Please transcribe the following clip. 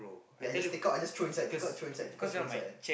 ya I just take out I just throw inside take out throw inside take out throw inside